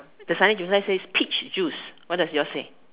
the signage says peach juice what does yours say